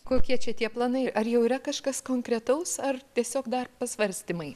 kokie čia tie planai ar jau yra kažkas konkretaus ar tiesiog dar pasvarstymai